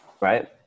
Right